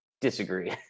disagree